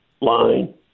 line